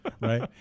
right